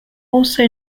also